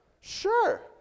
Sure